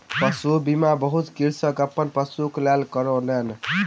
पशु बीमा बहुत कृषक अपन पशुक लेल करौलेन